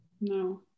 No